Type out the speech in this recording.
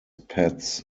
pets